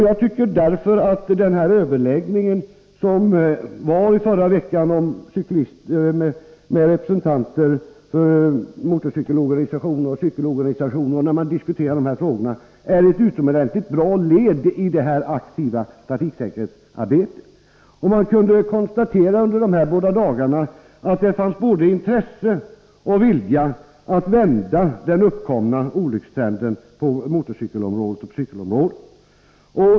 Jag tycker att den överläggning som ägde rum i förra veckan med representanter för motorcykelorganisationer och cykelorganisationer, där man diskuterade de här frågorna, är ett utomordentligt bra led i det aktiva trafiksäkerhetsarbetet. Under dessa båda dagar kunde man konstatera att det fanns både intresse och vilja att vända den nuvarande olyckstrenden på motorcykelområdet och cykelområdet.